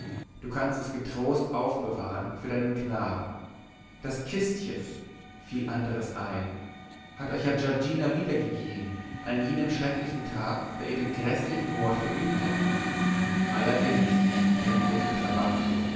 du kannst es getrost aufbewahren für deinen knaben das kistchen fiel andres ein hat euch ja giorgina wiedergegeben an jenem schrecklichen tag da ihr den gräßlichen mord verübtet allerdings erwiderte